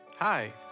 Hi